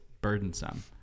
burdensome